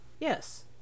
Yes